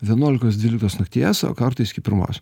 vienuolikos dvyliktos nakties o kartais iki pirmos